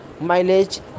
mileage